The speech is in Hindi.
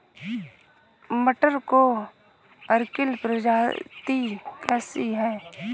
मटर की अर्किल प्रजाति कैसी है?